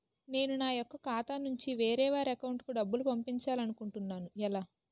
నేను నా యెక్క ఖాతా నుంచి వేరే వారి అకౌంట్ కు డబ్బులు పంపించాలనుకుంటున్నా ఎలా?